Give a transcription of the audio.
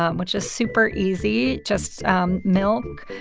um which is super easy. just um milk,